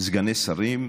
סגני שרים,